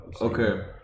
Okay